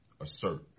assert